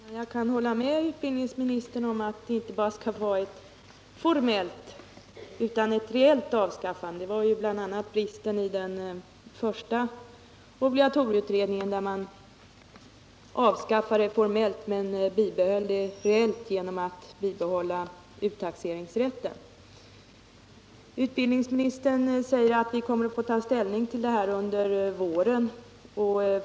Herr talman! Jag kan hålla med utbildningsministern om att det skall vara inte bara ett formellt utan ett reellt avskaffande. En brist bl.a. på den här punkten fanns det i den första obligatorieutredningen, där man avskaffade obligatoriet formellt men bibehöll det reellt genom att bibehålla uttaxeringsrätten. Utbildningsministern säger att vi kommer att få ta ställning till den här frågan under våren.